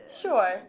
Sure